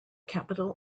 capital